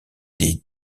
des